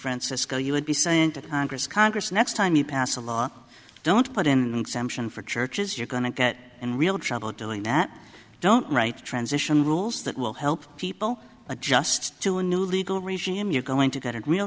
francisco you would be saying to congress congress next time you pass a law don't put in sampson for churches you're going to get in real trouble doing that don't write transition rules that will help people adjust to a new legal regime you're going to get in real